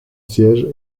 siège